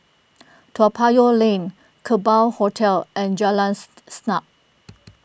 Toa Payoh Lane Kerbau Hotel and Jalan Siap